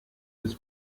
his